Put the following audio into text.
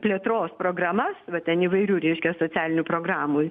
plėtros programas va ten įvairių reiškia socialinių programų